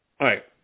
right